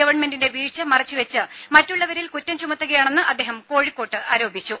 ഗവൺമെന്റിന്റെ വീഴ്ച മറച്ചു വെച്ച് മറ്റുളളവരിൽ കുറ്റം ചുമത്തുകയാണെന്ന് അദ്ദേഹം കോഴിക്കോട്ട് പറഞ്ഞു